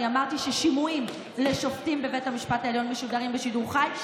אני אמרתי ששימועים לשופטים בבית המשפט העליון משודרים בשידור חי.